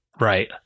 Right